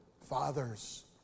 fathers